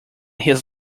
his